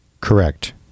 Correct